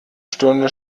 stunde